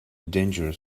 dangerous